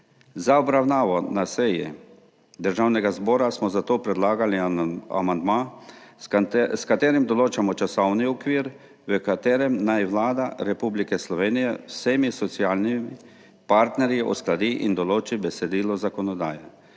Za obravnavo na seji Državnega zbora smo zato predlagali amandma, s katerim določamo časovni okvir, v katerem naj Vlada Republike Slovenije z vsemi socialnimi partnerji uskladi in določi besedilo zakonodaje,